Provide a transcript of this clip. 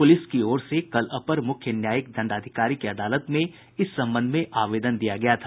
police की ओर से कल अपर मुख्य न्यायिक दंडाधिकारी की अदालत में इस संबंध में आवेदन दिया गया था